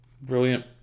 Brilliant